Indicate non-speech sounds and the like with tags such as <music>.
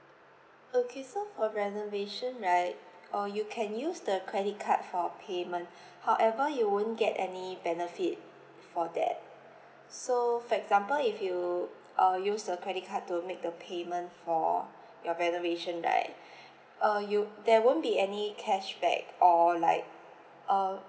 okay so for renovation right or you can use the credit card for payment however you won't get any benefit for that so for example if you uh use the credit card to make the payment for your renovation right <breath> uh you there won't be any cashback or like uh